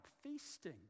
feasting